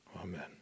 Amen